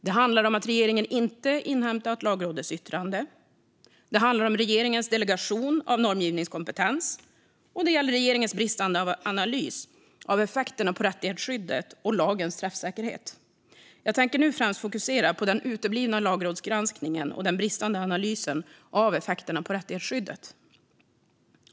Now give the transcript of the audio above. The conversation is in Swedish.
Det handlar om att regeringen inte inhämtat Lagrådets yttrande, om regeringens delegation av normgivningskompetens, om regeringens bristande analys av effekterna på rättighetsskyddet och om lagens träffsäkerhet. Jag tänker nu främst fokusera på den uteblivna lagrådsgranskningen och den bristande analysen av effekterna på rättighetsskyddet.